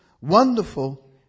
wonderful